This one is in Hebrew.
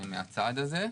מהצעד הזה.